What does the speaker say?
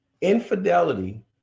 Infidelity